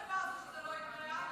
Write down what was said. חבר הכנסת ואליד אלהואשלה.